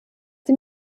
die